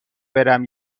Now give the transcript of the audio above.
برم